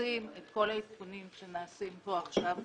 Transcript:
מכסים את כל העדכונים שנעשים פה עכשיו בצווים.